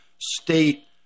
state